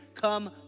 Come